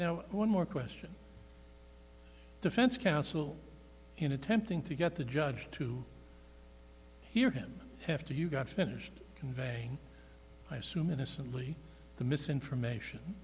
know one more question defense counsel in attempting to get the judge to hear him after you got finished conveying i assume innocently the misinformation